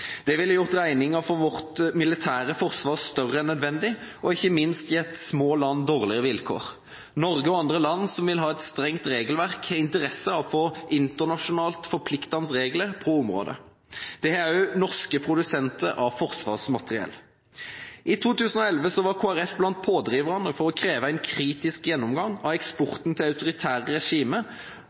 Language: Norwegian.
Det ville gjort regningen for vårt militære forsvar større enn nødvendig og ikke minst gitt små land dårligere vilkår. Norge og andre land som vil ha et strengt regelverk, har interesse av å få internasjonalt forpliktende regler på området. Det har også norske produsenter av forsvarsmateriell. I 2011 var Kristelig Folkeparti blant pådriverne for å kreve en kritisk gjennomgang av eksporten til